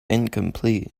incomplete